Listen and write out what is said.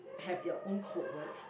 have their own code words